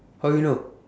how you know